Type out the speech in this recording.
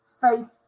faith